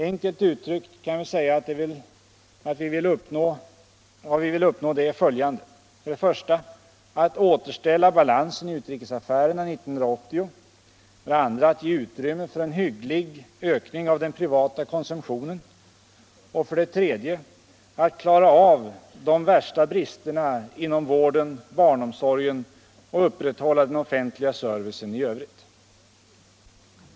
Enkelt uttryckt kan vi säga att det vi vill uppnå är följande: 1. att återställa balansen i utrikesaffärerna 1980, 2. att ge utrymme för en hygglig ökning av den privata konsumtionen, och 3. att klara av de värsta bristerna inom vården och barnomsorgen och upprätthålla den offentliga servicen i övrigt.